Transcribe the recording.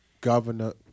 Governor